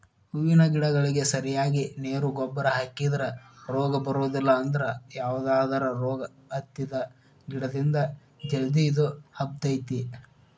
ಹೂವಿನ ಗಿಡಗಳಿಗೆ ಸರಿಯಾಗಿ ನೇರು ಗೊಬ್ಬರ ಹಾಕಿದ್ರ ರೋಗ ಬರೋದಿಲ್ಲ ಅದ್ರ ಯಾವದರ ರೋಗ ಹತ್ತಿದ ಗಿಡದಿಂದ ಜಲ್ದಿ ಇದು ಹಬ್ಬತೇತಿ